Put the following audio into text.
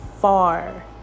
far